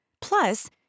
Plus